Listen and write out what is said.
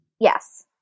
Yes